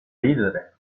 ridere